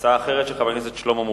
הצעה אחרת של חבר הכנסת שלמה מולה.